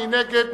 מי נגד?